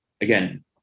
again